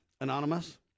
anonymous